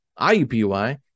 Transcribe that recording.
IUPUI